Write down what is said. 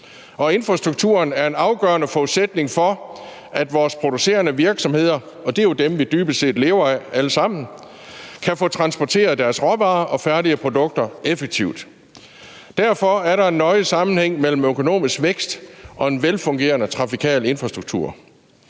infrastrukturen er en afgørende forudsætning for, at vores producerende virksomheder – og det er jo dem, vi dybest set lever af alle sammen – kan få transporteret deres råvarer og færdige produkter effektivt. Derfor er der en nøje sammenhæng mellem økonomisk vækst og en velfungerende trafikal infrastruktur.